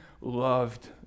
loved